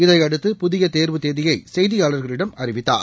இதையடுத்து புதிய தேர்வு தேதியை செய்தியாளர்களிடம் அறிவித்தார்